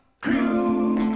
Crew